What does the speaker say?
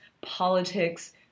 politics